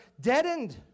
deadened